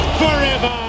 forever